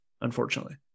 unfortunately